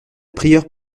prieure